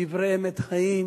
דברי אמת חיים,